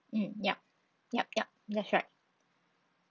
mm yup yup yup that's right